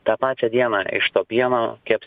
tą pačią dieną iš to pieno keps